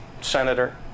Senator